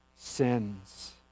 sins